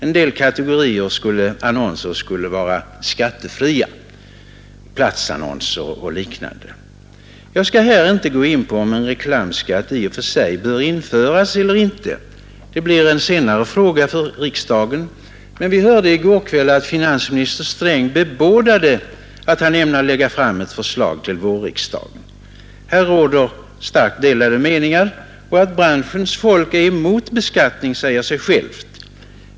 En del kategorier annonser skulle vara skattefria, platsannonser och liknande. Jag skall här inte gå in på om en reklamskatt i och för sig bör införas eller inte. Det blir en senare fråga för riksdagen. Men vi hörde i går kväll finansminister Sträng bebåda att han ämnade lägga fram ett förslag till vårriksdagen. Här råder starkt delade meningar, och att branschens folk är emot beskattning säger sig självt.